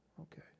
okay